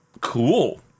Cool